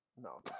No